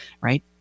right